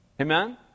Amen